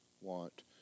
want